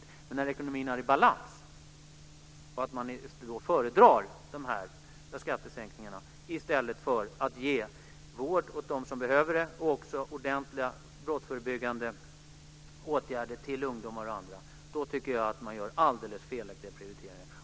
Men om man när ekonomin är i balans föredrar de här skattesänkningarna framför att ge vård åt dem som behöver det och ordentliga brottsförebyggande åtgärder till ungdomar och andra tycker jag att man gör alldeles felaktiga prioriteringar.